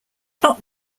not